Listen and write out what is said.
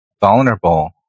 vulnerable